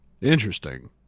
Interesting